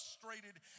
frustrated